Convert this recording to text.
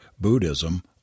Buddhism